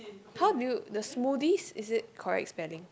how do you the smoothies is it correct spelling